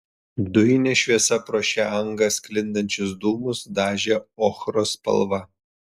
dujinė šviesa pro šią angą sklindančius dūmus dažė ochros spalva